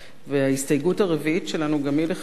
ההסתייגות הרביעית שלנו גם היא לחלופין.